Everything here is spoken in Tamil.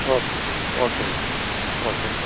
ஓ ஓகேங்க ஓகேங்க